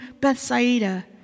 Bethsaida